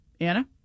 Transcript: Anna